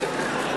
בדיוק?